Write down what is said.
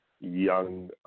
young